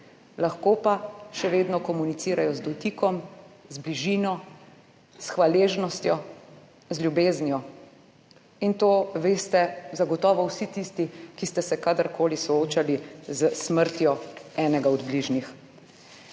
lahko pa še vedno komunicirajo z dotikom, z bližino, s hvaležnostjo, z ljubeznijo, in to veste zagotovo vsi tisti, ki ste se kadar koli soočali s smrtjo enega od bližnjih.